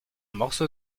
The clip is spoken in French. morceau